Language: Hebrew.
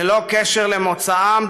ללא קשר למוצאם,